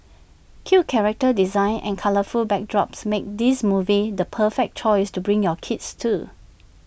cute character designs and colourful backdrops make this movie the perfect choice to bring your kids to